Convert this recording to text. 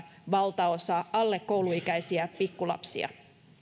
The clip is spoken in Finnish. valtaosa alle kouluikäisiä pikkulapsia